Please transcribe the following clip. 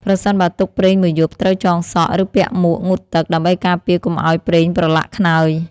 ប្រសិនបើទុកប្រេងមួយយប់ ត្រូវចងសក់ ឬពាក់មួកងូតទឹក ដើម្បីការពារកុំឲ្យប្រេងប្រឡាក់ខ្នើយ។